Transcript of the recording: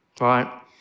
right